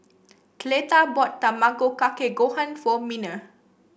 Cleta bought Tamago Kake Gohan for Miner